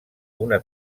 una